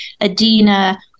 Adina